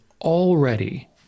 already